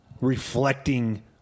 reflecting